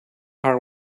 are